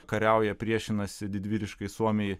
kariauja priešinasi didvyriškai suomiai